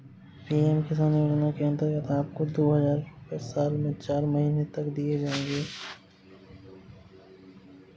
PM Kisan योजना के अंतर्गत आपको दो हज़ार रुपये साल में चार महीने तक दिए जाएंगे